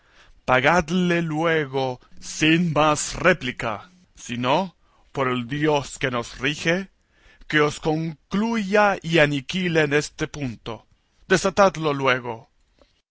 pagadle luego sin más réplica si no por el dios que nos rige que os concluya y aniquile en este punto desatadlo luego